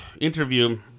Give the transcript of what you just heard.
interview